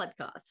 podcast